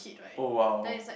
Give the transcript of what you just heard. oh !wow!